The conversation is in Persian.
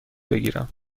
بگیرم